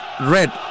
red